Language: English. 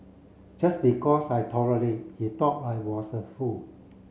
just because I tolerate he thought I was a fool